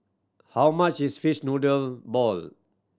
how much is fish noodle ball